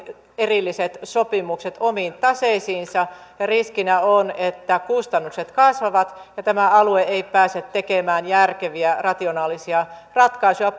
erilliset sopimukset omiin taseisiinsa riskinä on että kustannukset kasvavat ja tämä alue ei pääse tekemään järkeviä rationaalisia ratkaisuja